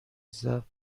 زخم